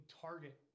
target